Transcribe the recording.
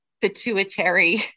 pituitary